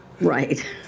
Right